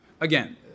again